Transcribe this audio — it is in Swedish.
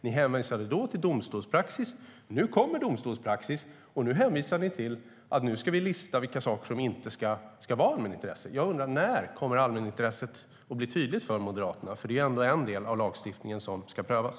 Ni hänvisade då till domstolspraxis. Nu kommer domstolspraxis, och nu hänvisar ni till att vi ska lista vilka saker som inte ska vara allmänintresse. Jag undrar när allmänintresset kommer att bli tydligt för Moderaterna. Det är ändå en del av lagstiftningen som ska prövas.